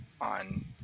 on